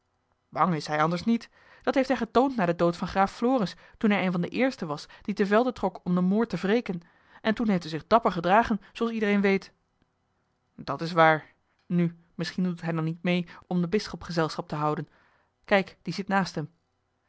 bang is hij anders niet dat heeft hij getoond na den dood van graaf floris toen hij een van de eersten was die te velde trok om den moord te wreken en toen heeft hij zich dapper gedragen zooals iedereen weet dat is waar nu misschien doet hij dan niet mede om den bisschop gezelschap te houden kijk die zit naast hem